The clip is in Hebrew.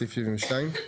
בסעיף 72?